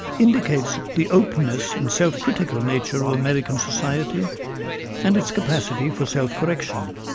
indicates the openness and self-critical nature of american society and its capacity for self-correction.